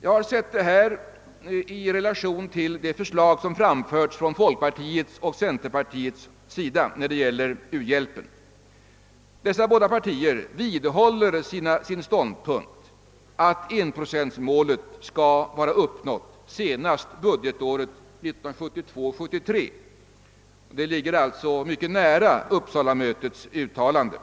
Jag har satt detta i relation till förslag som framförts från folkpartiet och centerpartiet då det gäller u-hjälpen. Dessa båda partier vidhåller sin ståndpunkt att 1-procentsmålet skall vara uppnått senast budgetåret 1972/73, något som alltså ligger mycket nära Uppsalamötets uttalande.